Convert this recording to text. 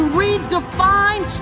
redefine